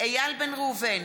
איל בן ראובן,